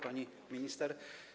Pani Minister!